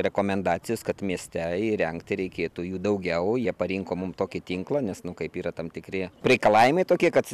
rekomendacijos kad mieste įrengti reikėtų jų daugiau jie parinko mum tokį tinklą nes nu kaip yra tam tikri reikalavimai tokie kad